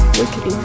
wicked